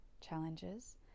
challenges